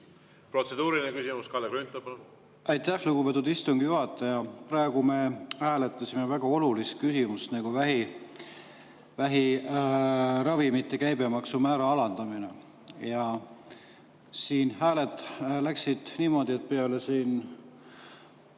Protseduuriline küsimus, Kalle Grünthal,